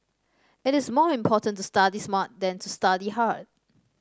it is more important to study smart than to study hard